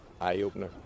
eye-opener